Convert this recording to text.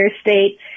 state